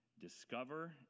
discover